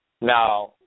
now